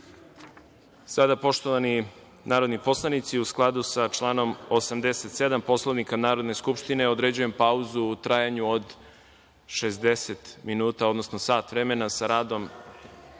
(Ne.)Poštovani narodni poslanici, u skladu sa članom 87. Poslovnika Narodne skupštine, određujem pauzu u trajanju od 60 minuta, odnosno sat vremena i sa radom